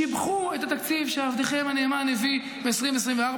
שיבחו את התקציב שעבדכם הנאמן הביא ב-2024,